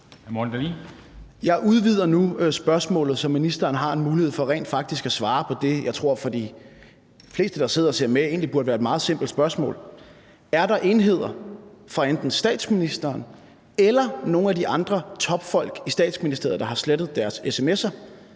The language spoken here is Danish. Jeg udvider nu spørgsmålet, så ministeren har en mulighed for rent faktisk at svare på det, jeg egentlig tror for de fleste, der sidder og ser med, burde være et meget simpelt spørgsmål: Er der enheder fra enten statsministeren eller nogle af de andre topfolk i Statsministeriet, der har slettet deres sms'er,